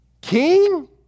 King